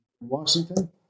Washington